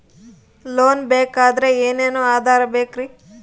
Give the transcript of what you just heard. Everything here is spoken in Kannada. ಲೋನ್ ಬೇಕಾದ್ರೆ ಏನೇನು ಆಧಾರ ಬೇಕರಿ?